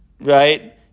Right